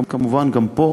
כמובן, גם פה